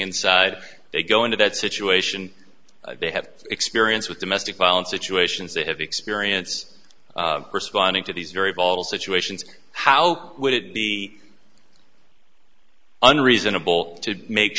inside they go into that situation they have experience with domestic violence situations they have experience responding to these very volatile situations how would it be unreasonable to make